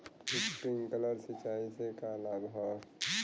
Sprinkler सिंचाई से का का लाभ ह?